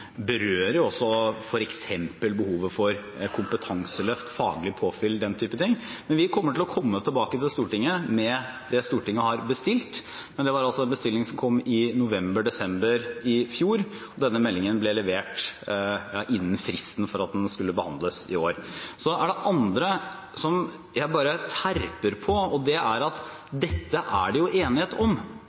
berører også f.eks. behovet for kompetanseløft, faglig påfyll og den typen ting. Vi kommer til å komme tilbake til Stortinget med det Stortinget har bestilt, men det var en bestilling som kom i november/desember i fjor, og denne meldingen ble levert innen fristen for at den skulle behandles i år. Det andre, som jeg terper på, er at dette er det enighet om.